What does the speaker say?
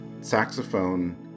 saxophone